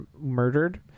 murdered